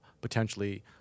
potentially